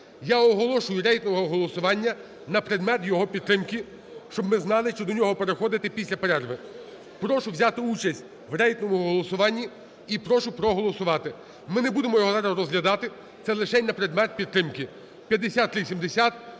Я оголошую рейтингове голосування на предмет його підтримки, щоб ми знали, чи до нього переходити після перерви. Прошу взяти участь в рейтинговому голосуванні і прошу проголосувати. Ми не будемо його зараз розглядати, це лишень на предмет підтримки. 5370,